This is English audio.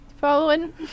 Following